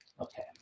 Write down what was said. Okay